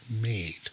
made